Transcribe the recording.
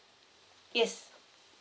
yes